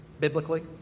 Biblically